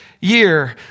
year